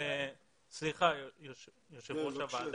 יושב-ראש הוועדה,